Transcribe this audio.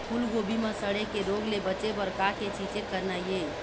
फूलगोभी म सड़े के रोग ले बचे बर का के छींचे करना ये?